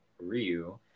Ryu